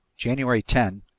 january ten,